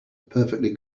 perfectly